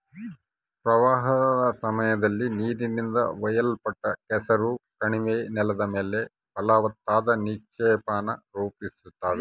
ಪ್ರವಾಹದ ಸಮಯದಲ್ಲಿ ನೀರಿನಿಂದ ಒಯ್ಯಲ್ಪಟ್ಟ ಕೆಸರು ಕಣಿವೆ ನೆಲದ ಮೇಲೆ ಫಲವತ್ತಾದ ನಿಕ್ಷೇಪಾನ ರೂಪಿಸ್ತವ